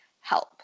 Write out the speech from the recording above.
help